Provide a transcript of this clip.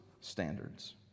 standards